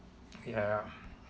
ya